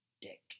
Dick